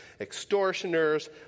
extortioners